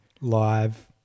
live